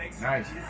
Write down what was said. Nice